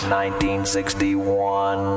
1961